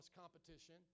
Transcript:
competition